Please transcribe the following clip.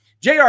Jr